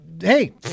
hey